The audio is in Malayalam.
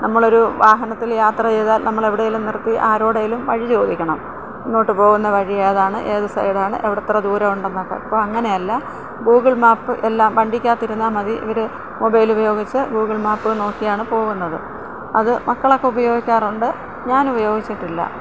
നമ്മളൊരു വാഹനത്തിൽ യാത്ര ചെയ്താൽ നമ്മൾ എവിടെയേലും നിർത്തി ആരോടേലും വഴി ചോദിക്കണം ഇങ്ങോട്ട് പോകുന്ന വഴി ഏതാണ് ഏത് സൈഡാണ് എവിടെ എത്ര ദൂരമുണ്ടെന്നൊക്കെ ഇപ്പം അങ്ങനെയല്ല ഗൂഗിൾ മാപ്പ് എല്ലാം വണ്ടിക്കാതിരുന്ന മതി ഇവര് മൊബൈലുപയോഗിച്ച് ഗൂഗിൾ മാപ്പ് നോക്കിയാണ് പോവുന്നത് അത് മക്കളൊക്കെ ഉപയോഗിക്കാറുണ്ട് ഞാനുപയോഗിച്ചിട്ടില്ല